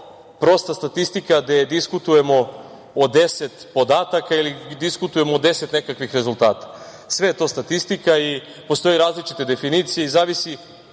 prosta statistika gde diskutujemo o deset podataka ili diskutujemo o deset nekakvih rezultata. Sve je to statistika i postoje različite definicije i zavisi